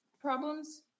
problems